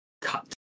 cut